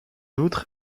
outre